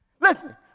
Listen